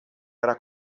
era